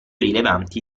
rilevanti